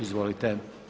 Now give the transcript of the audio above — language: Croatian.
Izvolite.